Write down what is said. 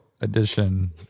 edition